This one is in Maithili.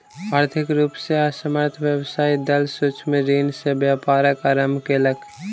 आर्थिक रूप से असमर्थ व्यवसायी दल सूक्ष्म ऋण से व्यापारक आरम्भ केलक